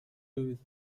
with